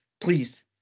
please